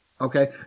Okay